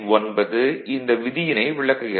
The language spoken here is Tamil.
9 இந்த விதியினை விளக்குகிறது